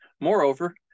Moreover